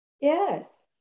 Yes